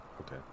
Okay